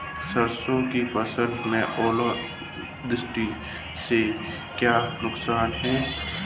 सरसों की फसल में ओलावृष्टि से क्या नुकसान है?